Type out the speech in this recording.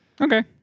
okay